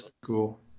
cool